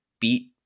beat